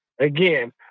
Again